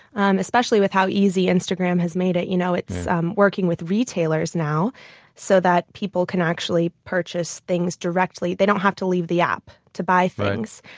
especially with how easy instagram has made it. you know it's um working with retailers now so that people can actually purchase things directly. they don't have to leave the app to buy things.